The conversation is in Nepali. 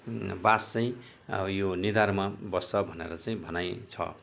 वास चाहिँ यो निधारमा बस्छ भनेर चाहिँ भनाइ छ